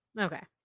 Okay